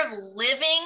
living